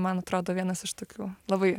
man atrodo vienas iš tokių labai